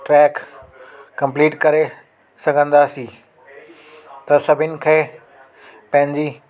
track complete करे सघंदासि त त सभिनि खे पंहिंजी